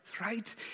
right